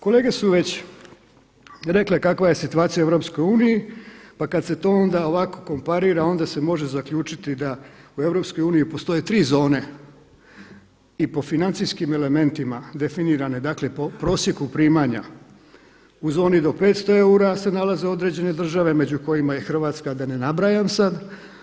Kolege su već rekle kakva je situacija u EU, pa kad se to onda ovako komparira onda se može zaključiti da u EU postoje 3 zone i po financijskim elementima definirane, dakle po prosjeku primanja u zoni do 500 eura se nalaze određene države među kojima je i Hrvatska, da ne nabrajam sad.